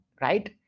right